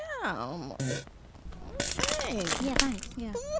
you know ok. yeah thanks. yes.